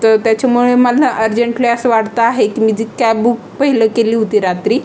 तर त्याच्यामुळे मला अर्जंटली असं वाटतं आहे की मी जी कॅब बुक पहिले केली होती रात्री